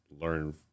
learn